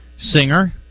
singer